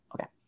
Okay